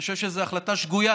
אני חושב שזו החלטה שגויה.